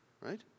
right